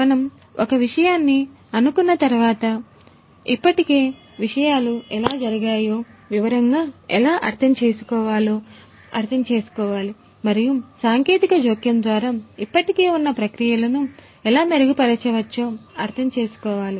మనం ఒక విషయాన్ని అనుకున్న తర్వాత ఇప్పటికే విషయాలు ఎలా జరిగాయో వివరంగా ఎలా అర్థం చేసుకోవాలో అర్థం చేసుకోవాలి మరియు సాంకేతిక జోక్యం ద్వారా ఇప్పటికే ఉన్న ప్రక్రియలను ఎలా మెరుగుపరచవచ్చో అర్థం చేసుకోవాలి